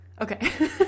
Okay